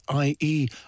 IE